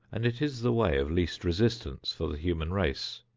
and it is the way of least resistance for the human race.